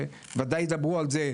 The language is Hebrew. שוודאי ידברו על זה,